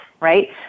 right